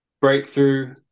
breakthrough